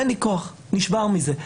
אין לי כוח, נשבר מזה.